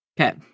Okay